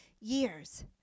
years